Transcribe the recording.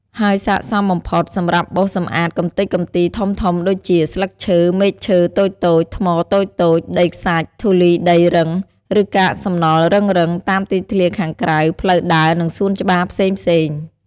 ហើយស័ក្តិសមបំផុតសម្រាប់បោសសម្អាតកម្ទេចកំទីធំៗដូចជា ស្លឹកឈើ មែកឈើតូចៗ ថ្មតូចៗ ដីខ្សាច់ ធូលីដីរឹង ឬកាកសំណល់រឹងៗ តាមទីធ្លាខាងក្រៅ ផ្លូវដើរ និងសួនច្បារផ្សេងៗ។